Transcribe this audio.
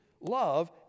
love